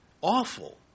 awful